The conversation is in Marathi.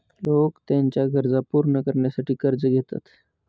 लोक त्यांच्या गरजा पूर्ण करण्यासाठी कर्ज घेतात